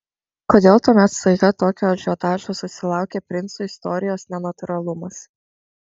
kodėl tuomet staiga tokio ažiotažo susilaukė princų istorijos nenatūralumas